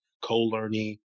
co-learning